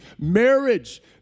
Marriage